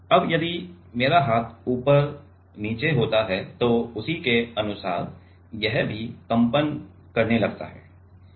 अब यदि मेरा हाथ ऊपर नीचे होता है तो उसी के अनुसार यह भी कंपन करने लगता है